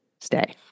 stay